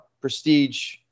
Prestige